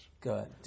Good